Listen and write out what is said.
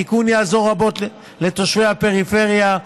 התיקון יעזור רבות לתושבי הפריפריה,